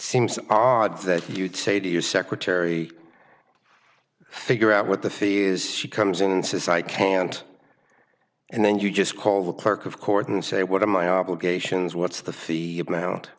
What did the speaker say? seems odd that you'd say to your secretary figure out what the fee is she comes in and says i can't and then you just call the clerk of court and say what are my obligations what's the fee you